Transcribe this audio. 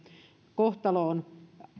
kohtaloon